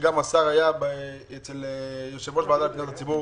השר היה אצל יושב ראש הוועדה לפניות הציבור